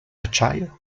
acciaio